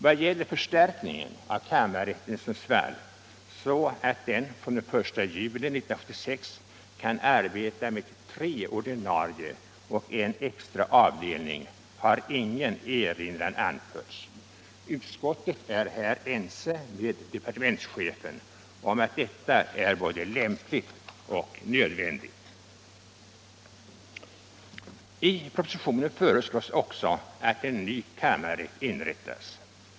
Vad gäller förstärkning av kammarrätten i Sundsvall, så att den från den 1 juli 1976 kan arbeta med tre ordinarie och en extra avdelning, har ingen erinran anförts. Utskottet är ense med departementschefen om att detta är både lämpligt och nödvändigt. I propositionen föreslås också att en ny kammarrätt inrättas.